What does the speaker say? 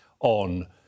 on